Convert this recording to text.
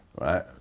right